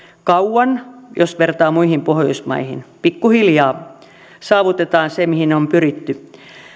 kauan jos vertaa muihin pohjoismaihin pikkuhiljaa saavutetaan se mihin on pyritty